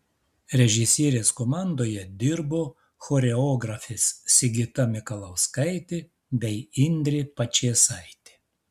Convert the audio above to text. režisierės komandoje dirbo choreografės sigita mikalauskaitė bei indrė pačėsaitė